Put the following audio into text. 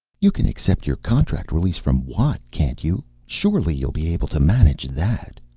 you can accept your contract release from watt, can't you? surely you'll be able to manage that.